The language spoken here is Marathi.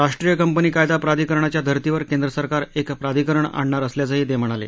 राष्ट्रीय कंपनी कायदा प्राधिकरणाच्या धर्तीवर केंद्र सरकार एक प्राधिकरण आणणार असल्याचंही ते म्हणाले